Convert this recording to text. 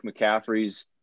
McCaffrey's